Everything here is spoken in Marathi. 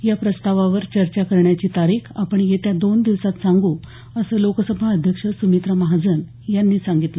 या प्रस्तावावर चर्चा करण्याची तारीख आपण येत्या दोन दिवसात सांगू असं लोकसभा अध्यक्ष सुमित्रा महाजन यांनी सांगितलं